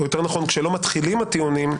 או יותר נכון כשלא מתחילים הטיעונים,